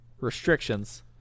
restrictions